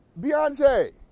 Beyonce